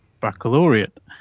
Baccalaureate